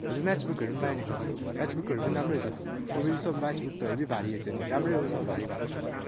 हजुर म्याथ बुकहरू पनि पाएँ नि सर म्याथ बुकहरू पनि राम्रो रहेछ अबुइ सर म्याथ बुक त हेभी भारी रहेछ नि राम्रै हो सर भारी भएको